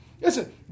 Listen